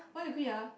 why you quit ah